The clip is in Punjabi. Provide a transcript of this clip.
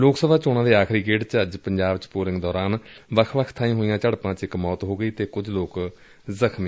ਲੋਕ ਸਭਾ ਚੋਣਾਂ ਦੇ ਆਖਰੀ ਗੇੜ ਚ ਅੱਜ ਪੰਜਾਬ ਚ ਪੋਲਿੰਗ ਦੌਰਾਨ ਵੱਖ ਵੱਖ ਬਾਈਂ ਹੋਈਆਂ ਝਤਪਾ ਚ ਇਕ ਮੌਤ ਹੋ ਗਈ ਅਤੇ ਕੁਝ ਲੋਕ ਜ਼ਖ਼ਮੀ ਹੋ ਗਏ ਨੇ